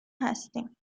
هستیم